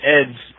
Ed's